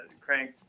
crank